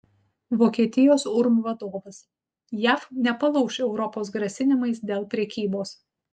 vokietijos urm vadovas jav nepalauš europos grasinimais dėl prekybos